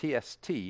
TST